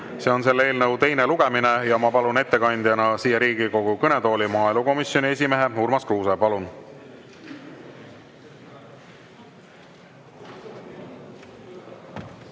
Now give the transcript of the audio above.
See on selle eelnõu teine lugemine. Ma palun ettekandeks siia Riigikogu kõnetooli maaelukomisjoni esimehe Urmas Kruuse. Palun!